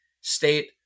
state